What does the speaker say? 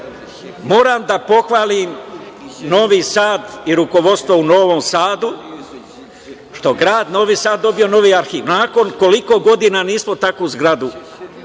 Moram da pohvalim Novi Sad i rukovodstvo u Novom Sadu, što je grad Novi Sad dobio novi arhiv, nakon koliko godina, nismo takvu zgradu